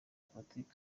politiki